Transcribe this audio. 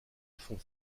font